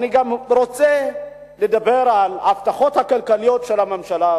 אני גם רוצה לדבר על ההבטחות הכלכליות של הממשלה הזאת.